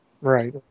Right